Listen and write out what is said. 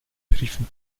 riefen